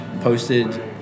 posted